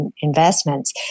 investments